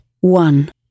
One